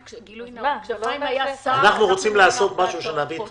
אנחנו רוצים לעשות משהו שיביא תוצאות.